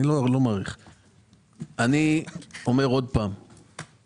אני אומר עוד פעם,